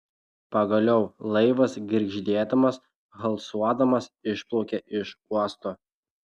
pagaliau laivas girgždėdamas halsuodamas išplaukė iš uosto